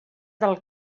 del